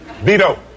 Vito